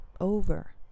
over